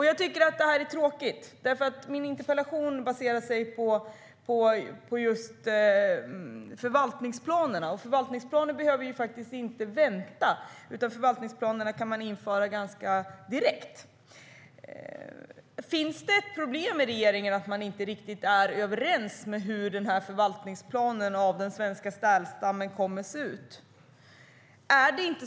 Jag tycker att detta är tråkigt, för min interpellation baserar sig på just förvaltningsplanerna, och förvaltningsplaner behöver faktiskt inte vänta, utan förvaltningsplanerna kan man införa ganska direkt. Finns det ett problem i regeringen med att man inte riktigt är överens när det gäller hur förvaltningsplanen för den svenska sälstammen kommer att se ut?